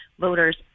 voters